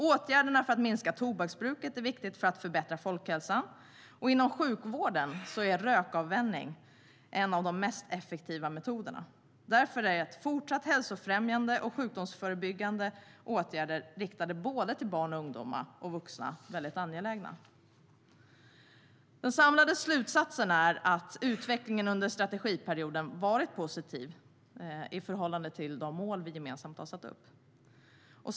Åtgärder för att minska tobaksbruket är viktigt för att förbättra folkhälsan. Inom sjukvården är rökavvänjning en av de mest effektiva metoderna. Därför är fortsatta hälsofrämjande och sjukdomsförebyggande åtgärder riktade såväl till barn och unga som till vuxna angelägna. Den samlade slutsatsen är att utvecklingen under strategiperioden har varit positiv i förhållande till de mål som vi gemensamt har satt upp.